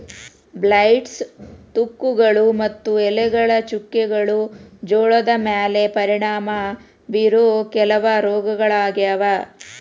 blights, ತುಕ್ಕುಗಳು ಮತ್ತು ಎಲೆಗಳ ಚುಕ್ಕೆಗಳು ಜೋಳದ ಮ್ಯಾಲೆ ಪರಿಣಾಮ ಬೇರೋ ಕೆಲವ ರೋಗಗಳಾಗ್ಯಾವ